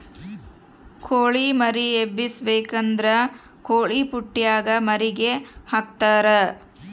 ಕೊಳಿ ಮರಿ ಎಬ್ಬಿಸಬೇಕಾದ್ರ ಕೊಳಿಪುಟ್ಟೆಗ ಮರಿಗೆ ಹಾಕ್ತರಾ